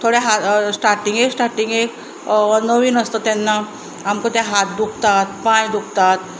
थोडे स्टाटींगेक स्टाटींगेक नवीन आसता तेन्ना आमकां ते हात दुखतात पांय दुखतात